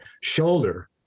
shoulder